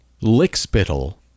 lick-spittle